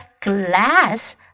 glass